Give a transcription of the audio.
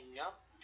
up